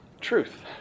Truth